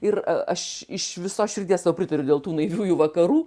ir aš iš visos širdies tau pritariu dėl tų naiviųjų vakarų